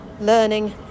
learning